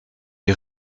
les